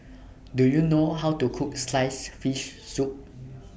Do YOU know How to Cook Sliced Fish Soup